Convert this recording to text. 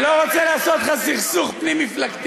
אני לא רוצה לעשות לך סכסוך פנים-מפלגתי.